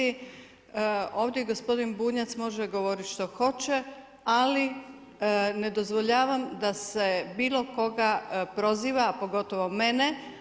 Ovdje gospodin Bunjac može govoriti što hoće, ali ne dozvoljavam da se bilo koga proziva, pogotovo mene.